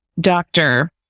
doctor